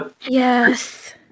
Yes